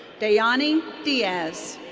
dayani diaz.